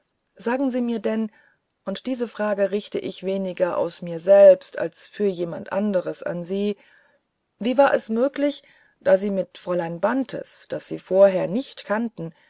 sagen sie mir denn und diese frage richte ich weniger aus mir selbst als für jemand anderes an sie wie war es möglich da sie mit fräulein bantes das sie vorher nicht kannten